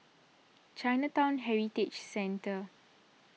Chinatown Heritage Centre